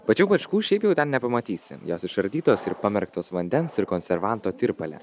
pačių bačkų šiaip jau ten nepamatysi jos išardytos ir pamerktos vandens ir konservanto tirpale